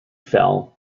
fell